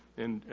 and,